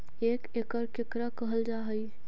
एक एकड़ केकरा कहल जा हइ?